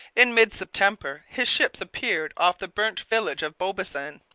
in mid-september his ships appeared off the burnt village of beaubassin.